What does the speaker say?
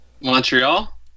Montreal